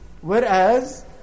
whereas